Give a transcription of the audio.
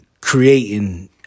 creating